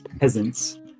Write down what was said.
peasants